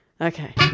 Okay